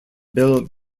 bill